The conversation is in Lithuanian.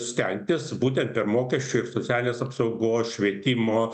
stengtis būtent per mokesčių ir socialinės apsaugos švietimo